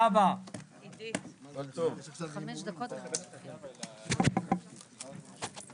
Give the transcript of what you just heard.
הישיבה ננעלה בשעה 13:08.